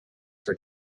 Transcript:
for